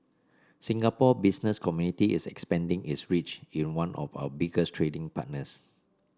Singapore business community is expanding its reach in one of our biggest trading partners